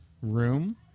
room